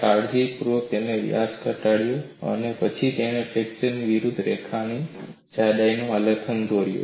કાળજીપૂર્વક તેમનો વ્યાસ ઘટાડ્યો અને પછી તેણે ફ્રેક્ચર સ્ટ્રેન્થ વિરુધ્ધ રેસાની જડાઈ નો આલેખ દોરયો